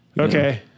Okay